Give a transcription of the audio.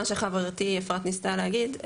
מה שחברתי אפרת ניסתה להגיד,